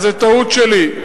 אז זה טעות שלי,